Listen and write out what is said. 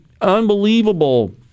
unbelievable